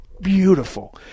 Beautiful